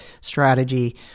strategy